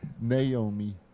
Naomi